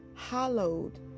hallowed